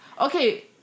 Okay